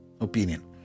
opinion